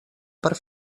per